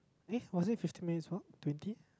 eh was it fifteen minutes walk twenty